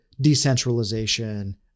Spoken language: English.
decentralization